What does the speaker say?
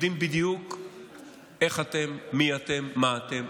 יודעים בדיוק איך אתם, מי אתם, מה אתם.